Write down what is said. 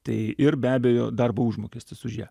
tai ir be abejo darbo užmokestis už ją